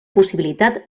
possibilitat